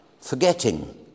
forgetting